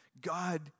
God